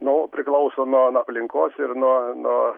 nu priklauso nuo nuo aplinkos ir nuo nuo